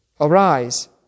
Arise